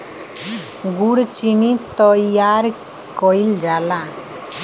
गुड़ चीनी तइयार कइल जाला